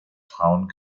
frauen